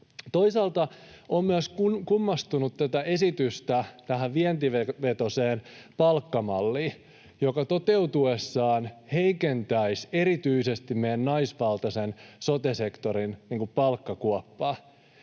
Toisaalta olen myös kummastellut tätä esitystä tästä vientivetoisesta palkkamallista, joka toteutuessaan heikentäisi erityisesti meidän naisvaltaisen sote-sektorin palkkakuoppaa.